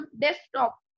desktop